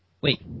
Wait